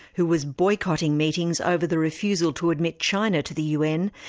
who was boycotting meetings over the refusal to admit china to the un,